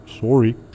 Sorry